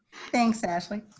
thanks ashley.